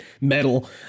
metal